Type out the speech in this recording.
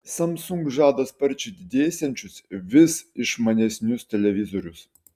samsung žada sparčiai didėsiančius vis išmanesnius televizorius